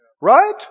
Right